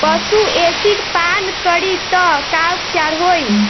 पशु एसिड पान करी त का उपचार होई?